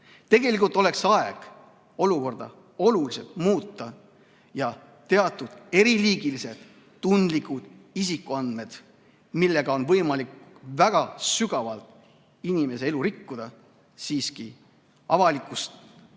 Tegelikult oleks aeg olukorda oluliselt muuta ja teatud eriliigilised, tundlikud isikuandmed, millega on võimalik väga sügavalt inimese elu rikkuda, siiski avalikust teabest